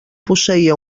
posseïa